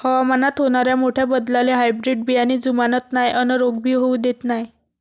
हवामानात होनाऱ्या मोठ्या बदलाले हायब्रीड बियाने जुमानत नाय अन रोग भी होऊ देत नाय